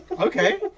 Okay